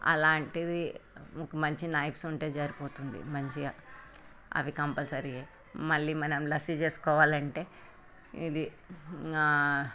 అలాంటిది ఒక మంచి నైప్స్ ఉంటే సరిపోతుంది మంచిగా అవి కంపల్సరీ మళ్ళీ మనం లస్సీ చేసుకోవాలంటే ఇది